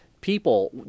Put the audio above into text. people